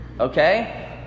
Okay